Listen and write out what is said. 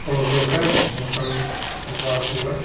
ओ देखैत हुनकर सब बात हुए